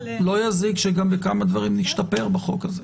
לא יזיק שבכמה דברים נשתפר בחוק הזה.